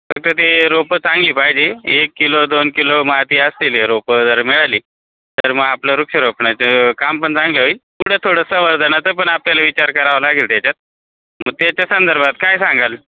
फक्त ते रोपं चांगली पाहिजे एक किलो दोन किलो माती असतील रोपं जर मिळाली तर मग आपलं वृक्षारोपणाचं काम पण चांगलं होईल पुढं थोडं संवर्धनाचं पण आपल्याला विचार करावं लागेल त्याच्यात मग त्याच्या संदर्भात काय सांगाल